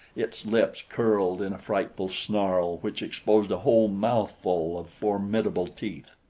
its lips curled in a frightful snarl which exposed a whole mouthful of formidable teeth.